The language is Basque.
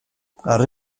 harri